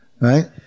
right